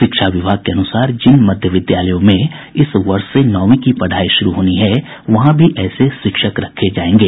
शिक्षा विभाग के अनुसार जिन मध्य विद्यालयों में इस वर्ष से नौवीं की पढ़ाई शुरू होनी है वहां भी ऐसे शिक्षक रखे जायेंगे